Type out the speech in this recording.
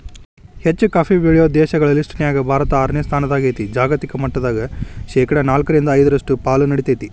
ಹೆಚ್ಚುಕಾಫಿ ಬೆಳೆಯೋ ದೇಶಗಳ ಲಿಸ್ಟನ್ಯಾಗ ಭಾರತ ಆರನೇ ಸ್ಥಾನದಾಗೇತಿ, ಜಾಗತಿಕ ಮಟ್ಟದಾಗ ಶೇನಾಲ್ಕ್ರಿಂದ ಐದರಷ್ಟು ಪಾಲು ನೇಡ್ತೇತಿ